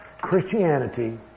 Christianity